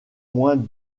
moins